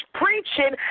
preaching